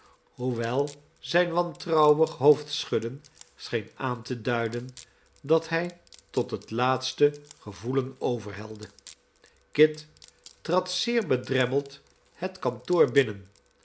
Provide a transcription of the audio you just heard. hoewel zijn wantrouwig hoofdschudden scheen aan te duiden dat hij tot het laatste gevoelen overhelde kit trad zeer bedremmeld het kantoor binnen